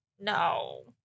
no